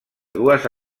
dues